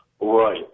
Right